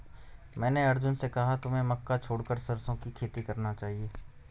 मैंने अर्जुन से कहा कि तुम्हें मक्का छोड़कर सरसों की खेती करना चाहिए